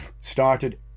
started